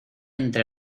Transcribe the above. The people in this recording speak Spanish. entre